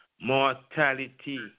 Mortality